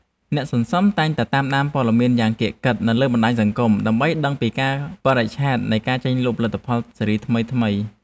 អ្នកសន្សំតែងតែតាមដានព័ត៌មានយ៉ាងកៀកកិតនៅលើបណ្ដាញសង្គម ដើម្បីដឹងពីកាលបរិច្ឆេទនៃការចេញលក់ផលិតផលស៊េរីថ្មីៗ។